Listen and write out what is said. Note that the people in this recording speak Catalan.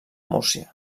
múrcia